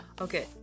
Okay